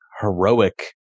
heroic